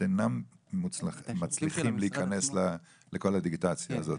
אינם מצליחים להיכנס לכל הדיגיטציה הזאת.